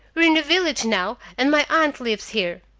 we're in a village now, and my aunt lives here.